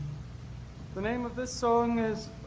the name of the song is